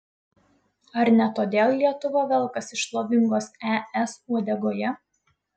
ar ne todėl lietuva velkasi šlovingos es uodegoje